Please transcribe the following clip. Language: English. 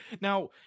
Now